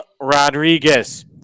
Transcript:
Rodriguez